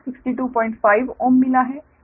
ZB2 को 625Ω मिला है